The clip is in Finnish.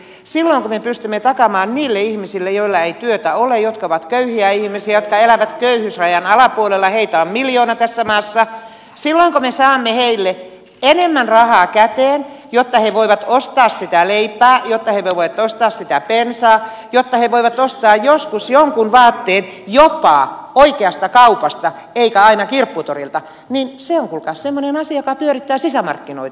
silloin kun me pystymme takaamaan niille ihmisille joilla ei työtä ole jotka ovat köyhiä ihmisiä jotka elävät köyhyysrajan alapuolella heitä on miljoona tässä maassa silloin kun me saamme heille enemmän rahaa käteen jotta he voivat ostaa sitä leipää jotta he voivat ostaa sitä bensaa jotta he voivat ostaa joskus jonkin vaatteen jopa oikeasta kaupasta eivätkä aina kirpputorilta niin se on kuulkaas semmoinen asia joka pyörittää sisämarkkinoita